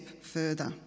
further